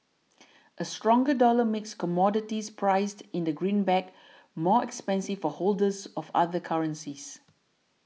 a stronger dollar makes commodities priced in the greenback more expensive for holders of other currencies